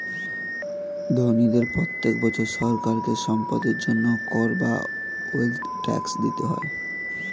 ধনীদের প্রত্যেক বছর সরকারকে সম্পদের জন্য কর বা ওয়েলথ ট্যাক্স দিতে হয়